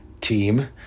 team